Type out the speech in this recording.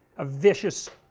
a vicious